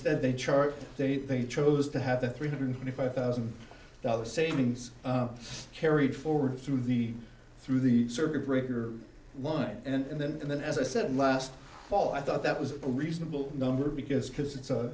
ad they charged they think chose to have the three hundred twenty five thousand dollars savings carried forward through the through the circuit breaker line and then and then as i said last fall i thought that was a reasonable number because because it's